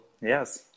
yes